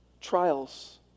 trials